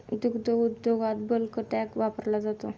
दुग्ध उद्योगात bulk tank वापरला जातो